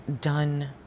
done